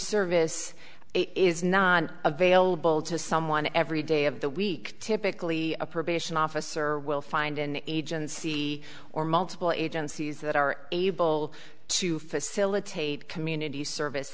service is not available to someone every day of the week typically a probation officer will find an agency or multiple agencies that are able to facilitate community service